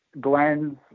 Glenn's